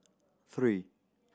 three